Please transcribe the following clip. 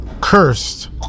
Cursed